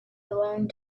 long